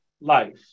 life